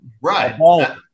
Right